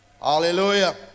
Hallelujah